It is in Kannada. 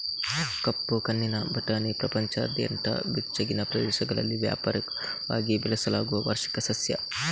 ಕಪ್ಪು ಕಣ್ಣಿನ ಬಟಾಣಿ ಪ್ರಪಂಚದಾದ್ಯಂತ ಬೆಚ್ಚಗಿನ ಪ್ರದೇಶಗಳಲ್ಲಿ ವ್ಯಾಪಕವಾಗಿ ಬೆಳೆಸಲಾಗುವ ವಾರ್ಷಿಕ ಸಸ್ಯ